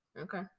okay